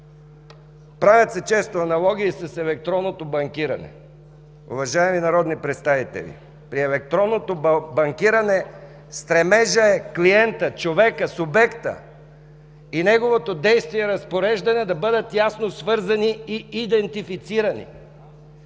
ще бъде внесен тук – с електронното банкиране. Уважаеми народни представители, при електронното банкиране стремежът е клиентът, човекът, субектът и неговото действие, разпореждане да бъдат ясно свързани и идентифицирани.